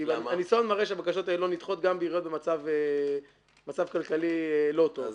כי הניסיון מראה שהבקשות האלה לא נדחות גם בעיריות במצב כלכלי לא טוב.